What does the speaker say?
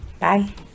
bye